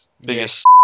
biggest